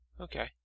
Okay